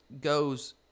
goes